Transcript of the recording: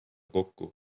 kokku